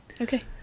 okay